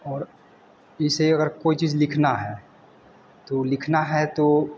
और इसे अगर कोई चीज़ लिखना है तो उ लिखना है तो